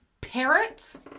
Parrots